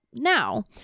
Now